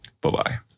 Bye-bye